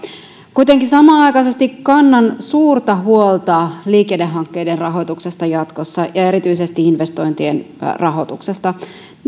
kuitenkin samanaikaisesti kannan suurta huolta liikennehankkeiden rahoituksesta jatkossa ja erityisesti investointien rahoituksesta